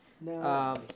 No